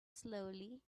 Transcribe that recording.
slowly